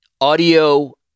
Audio